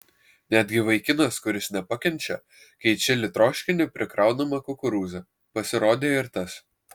netgi vaikinas kuris nepakenčia kai į čili troškinį prikraunama kukurūzų pasirodė ir tas